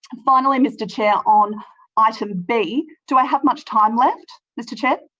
and finally, mr chair, on item b. do i have much time left, mr chair?